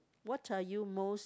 what are you most